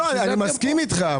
לא, אני מסכים איתך.